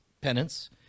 penance